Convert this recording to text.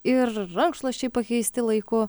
ir rankšluosčiai pakeisti laiku